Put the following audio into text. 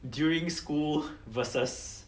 during school versus